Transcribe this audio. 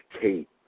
Kate